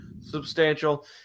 substantial